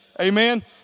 Amen